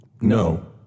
no